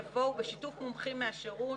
יבוא "ובשיתוף מומחים מהשירות,